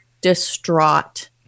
distraught